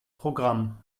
programm